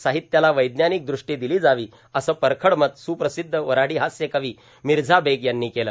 साहित्याला वैज्ञानिक दृष्टी दिली जावी असं परखड मत सुप्रसिद्ध वऱ्हाडी हास्य कवी मिर्झा बेग यांनी केलं